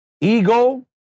Ego